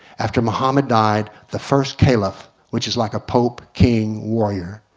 after mohammed died the first caliph, which is like a pope king, warrior.